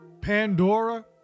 Pandora